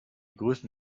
größten